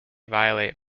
violate